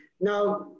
Now